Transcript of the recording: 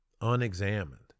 unexamined